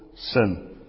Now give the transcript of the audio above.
sin